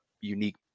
unique